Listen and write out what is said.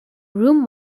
room